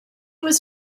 was